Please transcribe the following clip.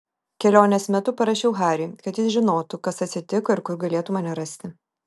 kelionės metu parašiau hariui kad jis žinotų kas atsitiko ir kur galėtų mane rasti